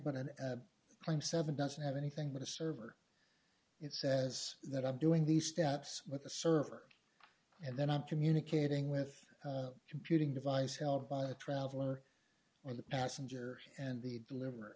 but an claim seven doesn't have anything but a server it says that i'm doing these steps with a server and then i'm communicating with computing device held by a traveler or the passenger and the deliver